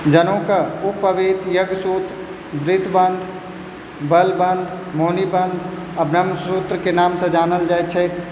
जनेऊके यज्ञोपवीत यज्ञसूत द्वितबन्ध बलबन्ध मोनीबन्ध आओर ब्रह्मसूत्रके नामसँ जानल जाइत छैक